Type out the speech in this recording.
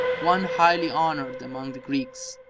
one highly honoured among the greeks,